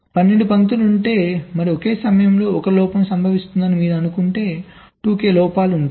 కాబట్టి 12 పంక్తులు ఉంటే మరియు ఒక సమయంలో 1 లోపం సంభవిస్తుందని మీరు అనుకుంటే 2K లోపాలు ఉంటాయి